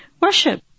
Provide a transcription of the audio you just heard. Worship